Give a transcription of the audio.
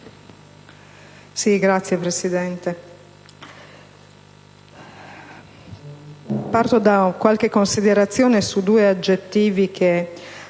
Signor Presidente, parto da qualche considerazione su due aggettivi che